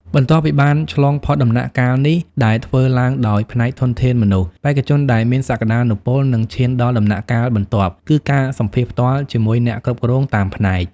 បន្ទាប់ពីបានឆ្លងផុតដំណាក់កាលនេះ ដែលធ្វើឡើងដោយផ្នែកធនធានមនុស្ស បេក្ខជនដែលមានសក្តានុពលនឹងឈានដល់ដំណាក់កាលបន្ទាប់គឺ ការសម្ភាសន៍ផ្ទាល់ជាមួយអ្នកគ្រប់គ្រងតាមផ្នែក។